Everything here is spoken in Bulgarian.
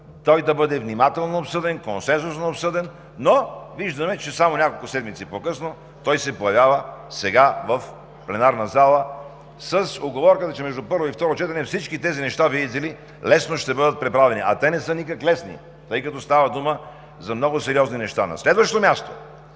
той да бъде внимателно обсъден, консенсусно обсъден, но виждаме, че само няколко седмици по-късно той се появява сега в пленарната зала с уговорката, че между първо и второ четене всички тези неща, видите ли, лесно ще бъдат преправени, а те не са никак лесни, тъй като става дума за много сериозни неща. На следващо място,